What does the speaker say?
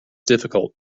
difficult